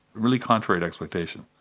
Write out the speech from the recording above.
really contrary to expectation.